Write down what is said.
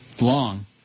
Long